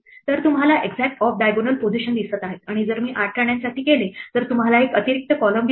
तर तुम्हाला exact off diagonal positions दिसत आहेत आणि जर मी 8 राण्यांसाठी केले तर तुम्हाला एक अतिरिक्त कॉलम दिसेल